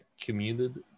commuted